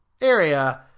Area